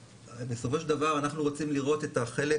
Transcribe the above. בסופו של דבר אנחנו רוצים לראות את החלק